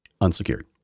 unsecured